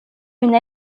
une